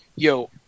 Yo